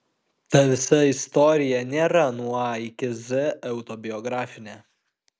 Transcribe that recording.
ta visa istorija nėra nuo a iki z autobiografinė